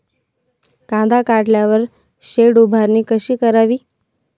कांदा काढल्यावर शेड उभारणी कशी करावी?